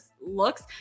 looks